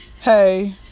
hey